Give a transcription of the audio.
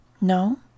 No